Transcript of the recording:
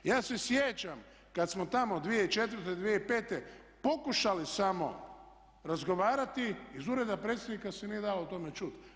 Ja se sjećam kad smo tamo 2004., 2005.pokušali samo razgovarati iz ureda predsjednika se nije dalo o tome čuti.